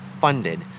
funded